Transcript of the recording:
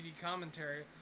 commentary